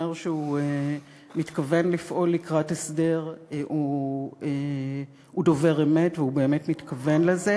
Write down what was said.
שהוא מתכוון לפעול לקראת הסדר הוא דובר אמת והוא באמת מתכוון לזה.